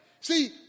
See